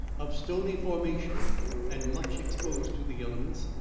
of stony formation and much exposed to the elements,